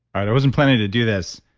i wasn't planning to do this,